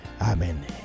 Amen